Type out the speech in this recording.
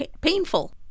Painful